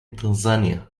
tanzania